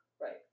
Right